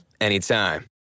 anytime